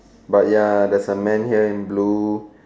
but ya there's a man here in blue